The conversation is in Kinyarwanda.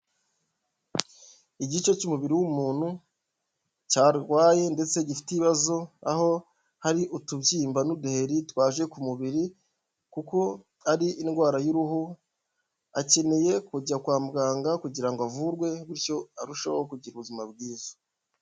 Igice cy'umubiri w'umuntu cyarwaye ndetse gifite ibibazo aho hari utubyimba n'uduheri twaje ku mubiri kuko ari indwara y'uruhu, akeneye kujya kwa muganga kugira ngo avurwe, bityo arusheho kugira ubuzima bwiza.